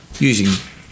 Using